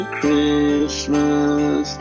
Christmas